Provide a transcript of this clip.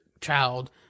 child